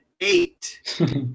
eight